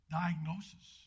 diagnosis